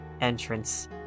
entrance